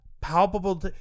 palpable